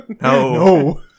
no